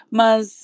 mas